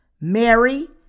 Mary